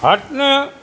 હાથના